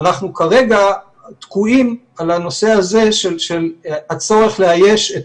אנחנו כרגע תקועים על הנושא הזה של הצורך לאייש את